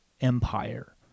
empire